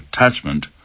attachment